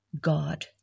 God